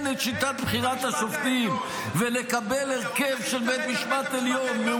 את שיטת בחירת השופטים -- להשתלט על בית המשפט העליון.